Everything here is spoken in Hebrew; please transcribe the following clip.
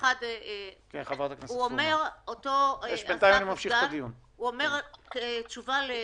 אותו נציג אומר כך: